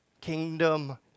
kingdom